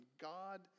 God